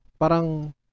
parang